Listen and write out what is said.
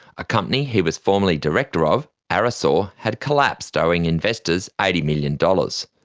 a company he was formerly director of, arasor, had collapsed, owing investors eighty million dollars